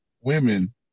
women